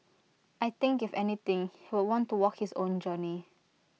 I think if anything he would want to walk his own journey